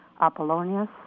Apollonius